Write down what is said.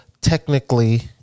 technically